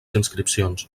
inscripcions